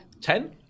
Ten